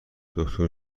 دکتر